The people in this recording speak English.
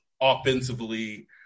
offensively